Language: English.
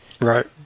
Right